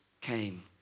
came